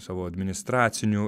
savo administracinių